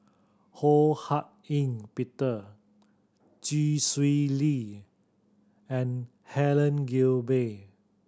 Ho Hak Ean Peter Chee Swee Lee and Helen Gilbey